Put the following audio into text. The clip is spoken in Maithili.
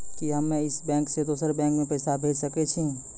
कि हम्मे इस बैंक सें दोसर बैंक मे पैसा भेज सकै छी?